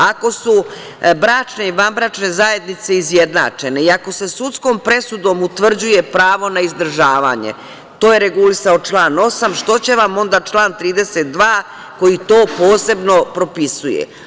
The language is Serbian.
Ako su bračne i vanbračne zajednice izjednačene i ako se sudskom presudom utvrđuje pravo na izdržavanje, to je regulisao član 8, šta će vam onda član 32, koji to posebno propisuje?